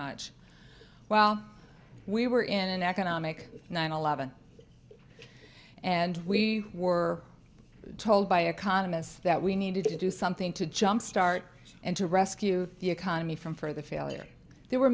much while we were in an economic nine eleven and we were told by economists that we needed to do something to jumpstart and to rescue the economy from for the failure there were